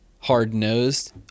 hard-nosed